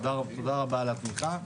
תודה רבה על התמיכה.